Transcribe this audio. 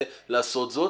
כי זה לא העניין.